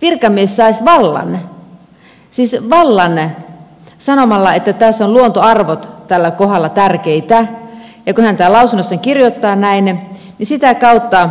virkamies saisi vallan siis vallan sanomalla että tässä ovat luontoarvot tällä kohdalla tärkeitä ja kun hän tämän lausunnossaan kirjoittaa näin niin sitä kautta